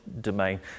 domain